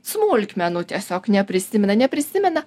smulkmenų tiesiog neprisimena neprisimena